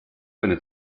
eine